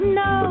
no